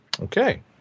Okay